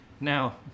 Now